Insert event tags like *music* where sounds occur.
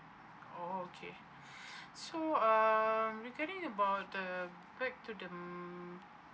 oh okay *breath* so um regarding about the back to the